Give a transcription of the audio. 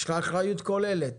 יש לך אחריות כוללת.